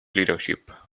leadership